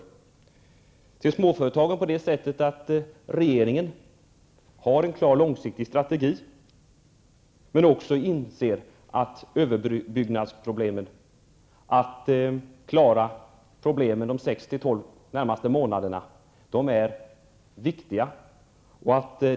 När det gäller småföretagen har regeringen en klar långsiktig strategi, men inser också att överbryggningen av de sex till tolv närmaste månaderna är viktig.